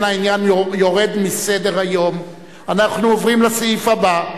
אנחנו עוברים לסעיף הבא: